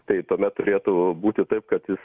tai tuomet turėtų būti taip kad jis